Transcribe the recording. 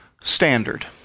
standard